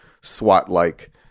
SWAT-like